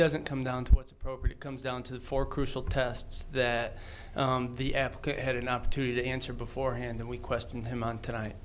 doesn't come down to what's appropriate comes down to the four crucial tests that the africa had an opportunity to answer beforehand that we question him on tonight